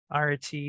rt